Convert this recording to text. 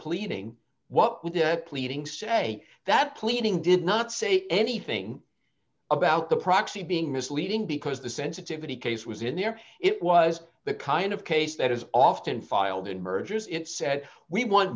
pleading what would the pleading say that cleaning did not say anything about the proxy being misleading because the sensitivity case was in there it was the kind of case that is often filed in mergers it said we want